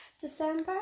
December